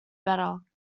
better